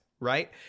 Right